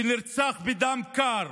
שנרצח בדם קר